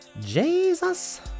Jesus